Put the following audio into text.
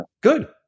good